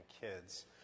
kids